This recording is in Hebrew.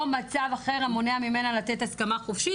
או מצב אחר המונע ממנה לתת הסכמה חופשית'